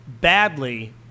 badly